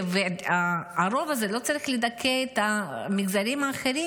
והרוב הזה לא צריך לדכא את המגזרים האחרים,